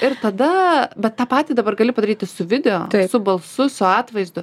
ir tada bet tą patį dabar gali padaryti su video su balsu su atvaizdu